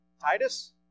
Titus